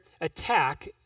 attack